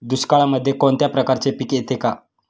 दुष्काळामध्ये कोणत्या प्रकारचे पीक येते का?